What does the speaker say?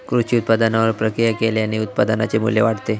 कृषी उत्पादनावर प्रक्रिया केल्याने उत्पादनाचे मू्ल्य वाढते